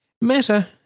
Meta